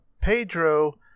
Pedro